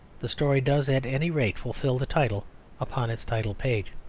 the story does at any rate fulfil the title upon its title-page.